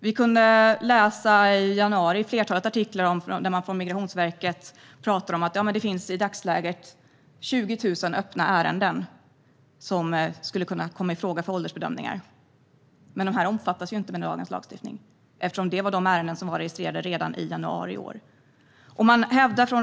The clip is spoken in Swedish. Vi kunde i januari läsa ett flertal artiklar där Migrationsverket pratar om att det i dagsläget finns 20 000 öppna ärenden med personer som skulle kunna komma i fråga för åldersbedömningar. Men de omfattas ju inte av dagens lagstiftning, eftersom det är ärenden som var registrerade redan i januari i år.